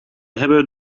hebben